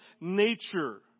nature